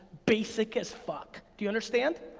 basic as fuck. do you understand?